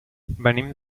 venim